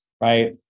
right